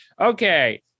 Okay